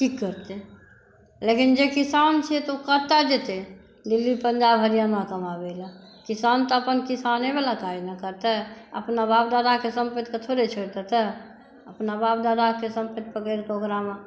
की करतै लेकिन जे किसान छियै तऽ ओ कतय जेतै दिल्ली पंजाब हरियाणा कमाबै लए किसान तऽ अपन किसानेवला काज ने करतै अपना बाप दादाके संपत्तिक थोड़े छोड़ि देतै अपना बाप दादाके संपत्ति पकड़िकऽ ओकरामे